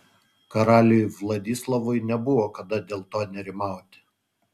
karaliui vladislovui nebuvo kada dėl to nerimauti